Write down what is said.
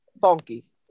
funky